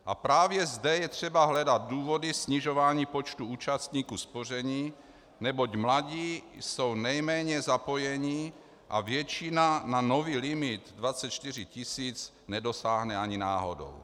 A právě zde je třeba hledat důvody snižování počtu účastníků spoření, neboť mladí jsou nejméně zapojeni a většina na nový limit 24 tisíc nedosáhne ani náhodou.